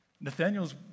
Nathaniel's